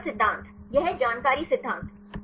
सूचना सिद्धांत यह जानकारी सिद्धांत